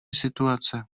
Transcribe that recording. situace